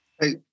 Hey